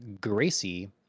Gracie